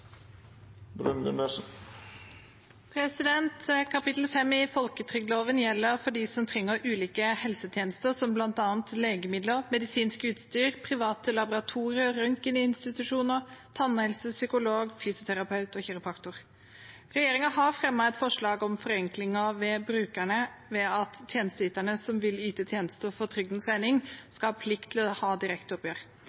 Kapittel 5 i folketrygdloven gjelder for dem som trenger ulike helsetjenester, og gjelder bl.a. legemidler, medisinsk utstyr, private laboratorier og røntgeninstitusjoner, tannhelse, psykolog, fysioterapeut og kiropraktor. Regjeringen har fremmet et forslag om forenklinger for brukerne ved at tjenesteyterne som vil yte tjenester for trygdens